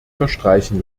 verstreichen